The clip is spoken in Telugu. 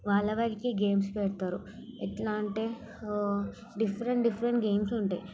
వాళ్ళ వారికు గేమ్స్ పెడతారు ఎట్లా అంటే డిఫరెంట్ డిఫరెంట్ గేమ్స్ ఉంటాయి